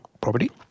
property